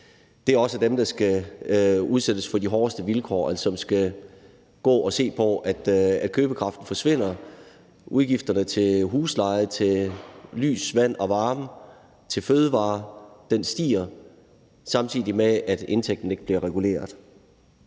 også er dem, der skal udsættes for de hårdeste vilkår, og som skal gå og se på, at købekraften forsvinder og udgifterne til husleje, lys, vand og varme, til fødevarer stiger, samtidig med at indtægten ikke bliver reguleret.